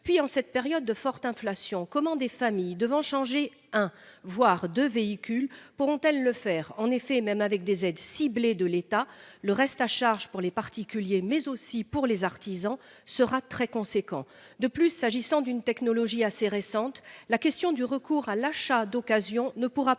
puis en cette période de forte inflation, comment des familles devant changer un voire deux véhicules pourront-elles le faire en effet, même avec des aides ciblées de l'État, le reste à charge pour les particuliers mais aussi pour les artisans sera très conséquent de plus s'agissant d'une technologie assez récente. La question du recours à l'achat d'occasion ne pourra pas